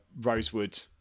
Rosewood